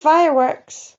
fireworks